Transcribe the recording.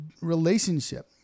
relationship